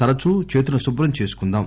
తరచూ చేతులను శుభ్రం చేసుకుందాం